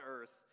earth